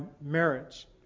marriage